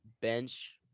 bench